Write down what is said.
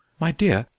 my dear!